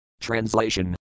Translation